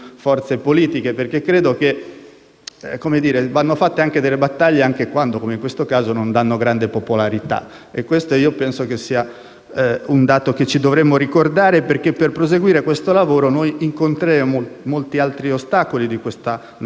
credo che vadano fatte delle battaglie anche quando, come in questo caso, non danno grande popolarità. Ritengo che questo sia un dato che ci dovremo ricordare, perché per proseguire questo lavoro noi incontreremo molti altri ostacoli di questa natura, cioè di carattere culturale